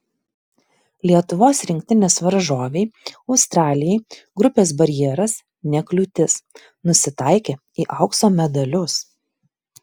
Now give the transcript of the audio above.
lietuvos rinktinės varžovei australijai grupės barjeras ne kliūtis nusitaikė į aukso medalius